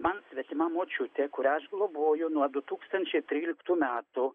man svetima močiutė kurią aš globoju nuo du tūkstančiai tryliktų metų